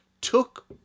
took